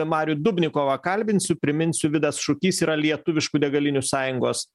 marių dubnikovą kalbinsiu priminsiu vidas šukys yra lietuviškų degalinių sąjungos